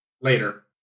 later